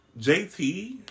JT